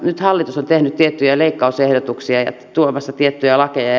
nyt hallitus on tehnyt tiettyjä leikkausehdotuksia ja tuomassa tiettyjä lakeja